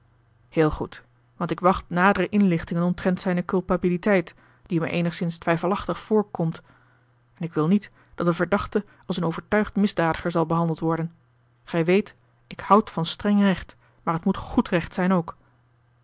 heel goed want ik wacht nadere inlichtingen omtrent zijne culpabiliteit die mij eenigszins twijfelachtig voortkomt en ik wil niet dat een verdachte als een overtuigd misdadiger zal behandeld worden gij weet ik houd van streng recht maar het moet goed recht zijn ook